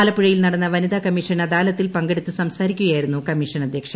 ആലപ്പുഴയിൽ നടന്ന വനിതാ കമ്മീഷൻ അദാലത്തിൽ പങ്കെടുത്ത് സംസാരിക്കുകയായിരുന്നു കമ്മീഷൻ അദ്ധ്യക്ഷ